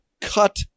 cut